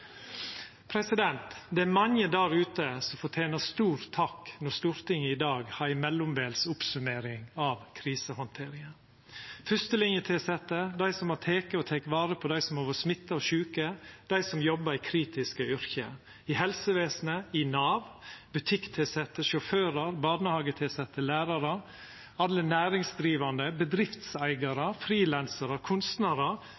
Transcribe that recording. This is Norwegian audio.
Det er mange der ute som fortenar stor takk når Stortinget i dag har ei mellombels oppsummering av krisehandteringa: fyrstelinjetilsette, dei som har teke og tek vare på dei som har vore smitta og sjuke, dei som jobbar i kritiske yrke, i helsevesenet, i Nav, butikktilsette, sjåførar, barnehagetilsette, lærarar, alle næringsdrivande,